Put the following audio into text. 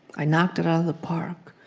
i knocked it out of the park.